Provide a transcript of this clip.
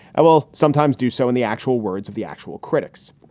i will sometimes do so in the actual words of the actual critics.